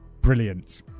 Brilliant